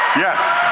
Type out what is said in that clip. yes.